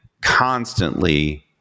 constantly